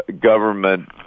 government